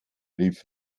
rief